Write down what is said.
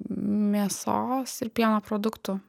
mėsos ir pieno produktų